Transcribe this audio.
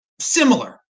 Similar